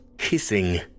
hissing